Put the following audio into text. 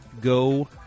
go